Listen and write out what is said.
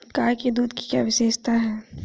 गाय के दूध की क्या विशेषता है?